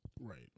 Right